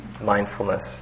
mindfulness